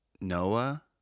Noah